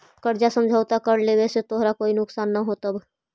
कर्जा समझौता कर लेवे से तोरा कोई नुकसान न होतवऽ